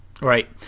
Right